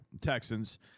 Texans